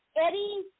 Eddie